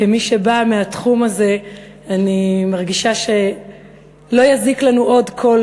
כמי שבאה מהתחום הזה אני מרגישה שלא יזיק לנו עוד קול